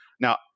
Now